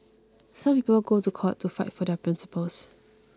some people go to court to fight for their principles